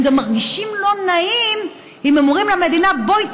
הם גם מרגישים לא נעים אם אומרים למדינה: בואי,